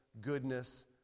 goodness